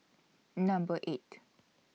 Number eight